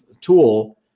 tool